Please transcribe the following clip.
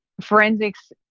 forensics